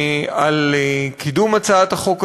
על קידום הצעת החוק הזאת.